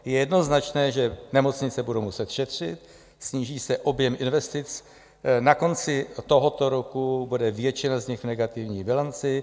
Je jednoznačné, že nemocnice budou muset šetřit, sníží se objem investic, na konci tohoto roku bude většina z nich v negativní bilanci.